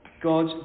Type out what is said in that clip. God